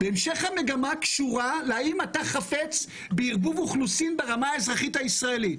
וזאת השאלה האם אתה חפץ לערבוב אוכלוסין ברמה האזרחית הישראלית.